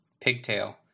Pigtail